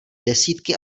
desítky